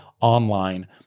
online